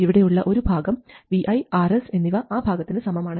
ഇവിടെയുള്ള ഈ ഭാഗം Vi Rs എന്നിവ ആ ഭാഗത്തിന് സമമാണ്